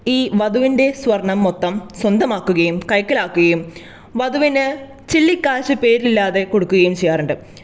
ഈ വധുവിൻറ്റെ സ്വർണ്ണം മൊത്തം സ്വന്തമാക്കുകയും കൈക്കലാക്കുകയും വധുവിന് ചില്ലി കാശ് പേരില്ലാതെ കൊടുക്കുകയും ചെയ്യാറുണ്ട്